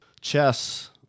chess